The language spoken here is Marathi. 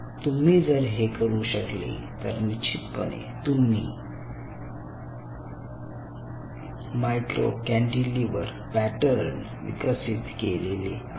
तुम्ही जर हे करू शकले तर निश्चितपणे तुम्ही मायक्रो कॅन्टीलिव्हर पॅटर्न विकसित केलेले आहे